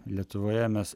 lietuvoje mes